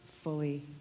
fully